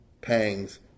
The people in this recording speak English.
pangs